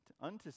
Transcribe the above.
unto